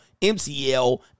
MCL